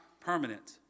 permanent